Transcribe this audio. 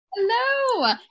Hello